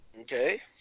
Okay